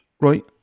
Right